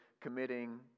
committing